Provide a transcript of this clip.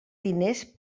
diners